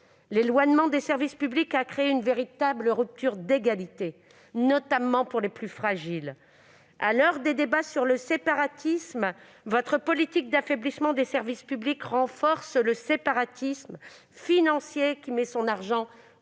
L'éloignement des services publics a créé une véritable rupture d'égalité, notamment pour les plus fragiles. À l'heure des débats sur le séparatisme, votre politique d'affaiblissement des services publics renforce le séparatisme financier qui met son argent